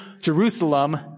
Jerusalem